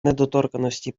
недоторканності